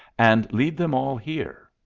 and lead them all here.